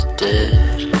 dead